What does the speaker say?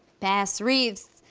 bass reeves,